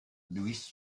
luis